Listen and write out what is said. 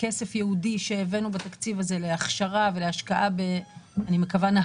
כסף ייעודי הבאנו בתקציב הזה להכשרה ולהשקעה בנהגות